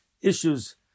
issues